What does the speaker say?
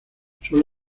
sólo